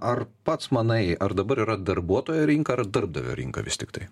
ar pats manai ar dabar yra darbuotojo rinka ar darbdavio rinka vis tiktai